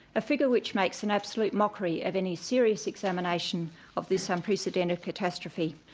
a figure which makes an absolute mockery of any serious examination of this unprecedented catastrophe.